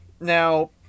now